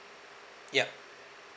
yup